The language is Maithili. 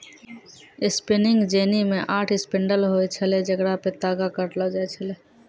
स्पिनिंग जेनी मे आठ स्पिंडल होय छलै जेकरा पे तागा काटलो जाय छलै